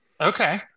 Okay